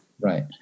Right